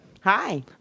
Hi